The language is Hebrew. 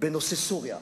בנושא סוריה.